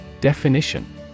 Definition